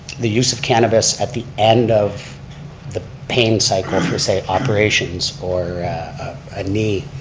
the use of cannabis at the end of the pain cycle, for say operations or a knee,